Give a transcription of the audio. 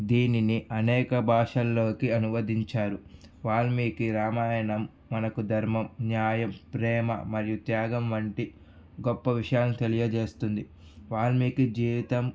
దీనిని అనేక భాషల్లోకి అనువదించారు వాల్మీకి రామాయణం మనకు ధర్మం న్యాయం ప్రేమ మరియు త్యాగం వంటి గొప్ప విషయాలును తెలియజేస్తుంది వాల్మీకి జీవితం